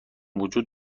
وجود